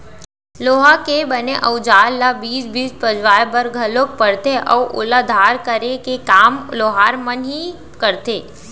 लोहा के बने अउजार ल बीच बीच पजवाय बर घलोक परथे अउ ओला धार करे के काम लोहार मन ही करथे